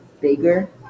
bigger